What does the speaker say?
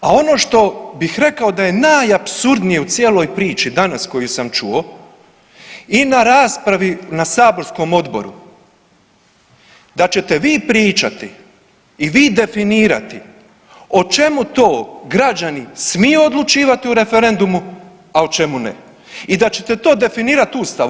A ono što bih rekao da je najapsurdnije u cijeloj priči danas koju sam čuo i na raspravi na saborskom odboru da ćete vi pričati i vi definirati o čemu to građani smiju odlučivati u referendumu, a o čemu ne i da ćete to definirat u ustavu.